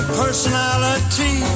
personality